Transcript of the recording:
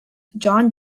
john